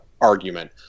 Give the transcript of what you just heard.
argument